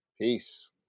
Peace